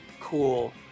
cool